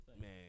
Man